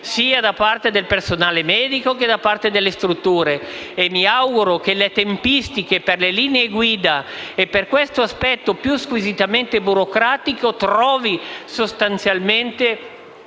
sia per il personale medico che per le strutture. Mi auguro che le tempistiche per le linee guida e per questo aspetto più squisitamente burocratico trovino sostanzialmente